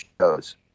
shows